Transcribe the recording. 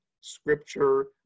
scripture